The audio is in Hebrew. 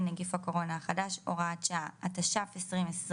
(נגיף הקורונה החדש) (הוראת שעה) התש"פ-2020